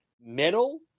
middle